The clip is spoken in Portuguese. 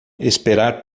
esperar